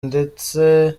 ndetse